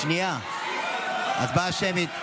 הצבעה שמית.